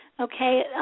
okay